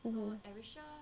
mmhmm